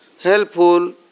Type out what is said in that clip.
helpful